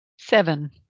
Seven